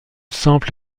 sample